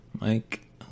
Mike